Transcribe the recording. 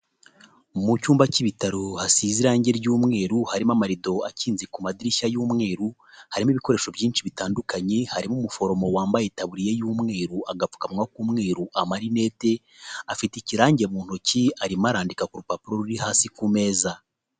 Mu cyumba cy'ibitaro hasize irangi ry'umweru, harimo amarido akinze ku madirishya y'umweru, harimo ibikoresho byinshi bitandukanye, harimo umuforomo wambaye itaburiya y'umweru, agapfukawa k'umweru, amarinete, afite ikirange mu ntoki arimo arandika ku rupapuro ruri hasi ku meza.